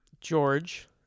George